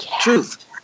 truth